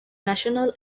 national